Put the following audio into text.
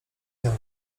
nią